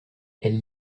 elles